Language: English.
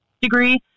degree